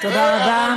תודה רבה.